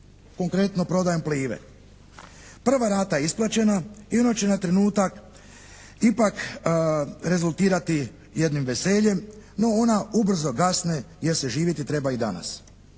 Konkretno, prodajom Plive. Prva rata je isplaćena i ono će na trenutak ipak rezultirati jednim veseljem no ona ubrzo gasne jer se živjeti treba i danas.